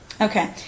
Okay